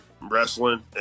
wrestling